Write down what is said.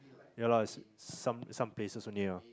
ya lah some some places only ah